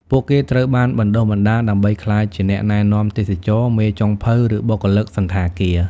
ពួកគេត្រូវបានបណ្តុះបណ្តាលដើម្បីក្លាយជាអ្នកណែនាំទេសចរណ៍ មេចុងភៅ ឬបុគ្គលិកសណ្ឋាគារ។